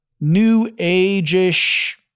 new-age-ish